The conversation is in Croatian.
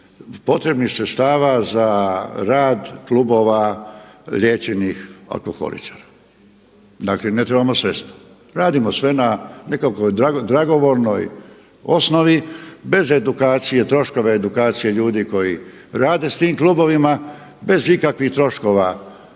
potrebnih sredstava za rad klubova liječenih alkoholičara. Dakle, ne trebamo sredstva, radimo sve na nekakvoj dragovoljnoj osnovi bez edukacije, troškove edukacije ljudi koji rade s tim klubovima, bez ikakvih troškova